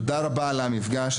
תודה רבה על המפגש.